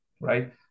right